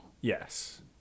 Yes